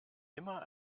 immer